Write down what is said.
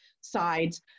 sides